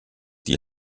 die